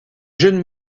jeunes